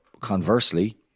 conversely